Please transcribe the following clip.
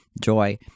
joy